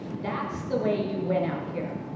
that's the way you win out here.